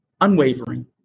unwavering